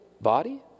body